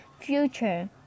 future